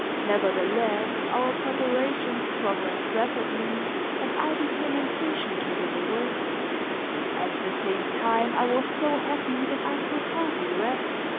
nevertheless, our preparations progressed rapidly and i became impatient to get away at the same time, i was so happy that i could hardly rest